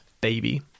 baby